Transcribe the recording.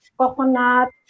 coconut